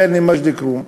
בעיינה ומג'ד-אלכרום.